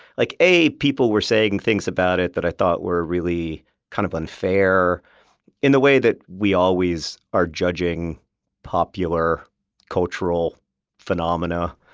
like a people were saying things about it that i thought were really kind of unfair in the way that we always are judging popular cultural phenomena.